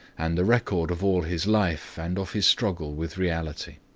and the record of all his life and of his struggle with reality.